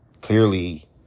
Clearly